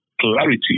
clarity